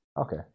okay